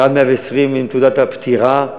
ועד מאה-ועשרים עם תעודת הפטירה.